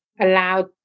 allowed